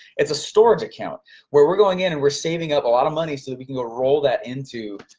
it's a storage account where we're going in and we're saving up a lot of money so that we can go roll that into